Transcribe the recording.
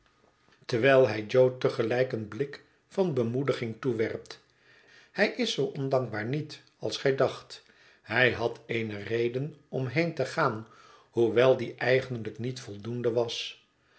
terwijl hij jo te gelijk een blik van bemoediging toewerpt hij is zoo ondankbaar niet als gij dacht hij had eene reden om heen te gaan hoewel die eigenlijk niet voldoende was